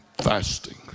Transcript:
fasting